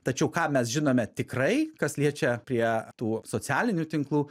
tačiau ką mes žinome tikrai kas liečia prie tų socialinių tinklų